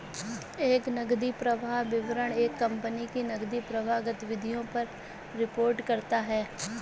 एक नकदी प्रवाह विवरण एक कंपनी की नकदी प्रवाह गतिविधियों पर रिपोर्ट करता हैं